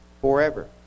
forever